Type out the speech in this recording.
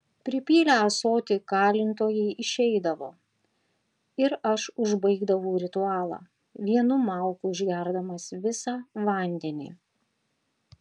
pripylę ąsotį kalintojai išeidavo ir aš užbaigdavau ritualą vienu mauku išgerdamas visą vandenį